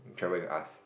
travel you ask